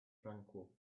tranquil